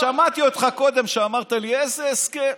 אני שמעתי אותך קודם כשאמרת לי: איזה הסכם.